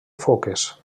foques